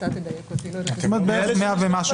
מאה ומשהו אלף.